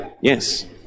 yes